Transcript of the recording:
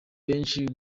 benshi